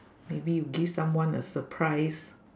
maybe give someone a surprise